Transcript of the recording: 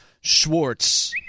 Schwartz